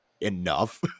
enough